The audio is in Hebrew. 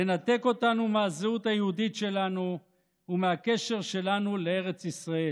לנתק אותנו מהזהות היהודית שלנו ומהקשר שלנו לארץ ישראל.